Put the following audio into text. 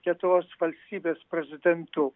lietuvos valstybės prezidentu